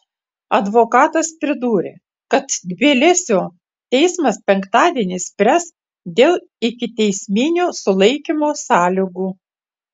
advokatas pridūrė kad tbilisio teismas penktadienį spręs dėl ikiteisminio sulaikymo sąlygų